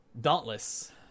Dauntless